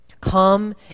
come